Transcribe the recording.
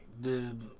Dude